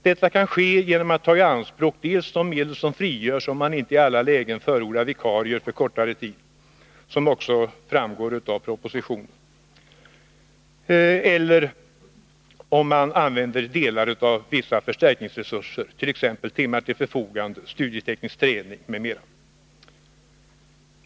Detta kan ske genom att ta i anspråk dels de medel som frigörs om man inte i alla lägen förordnar vikarier för kortare tid — som också framgår av propositionen — dels delar av vissa förstärkningsresurser, t.ex. timmar till förfogande, studieteknisk träning m.m.